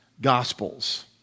gospels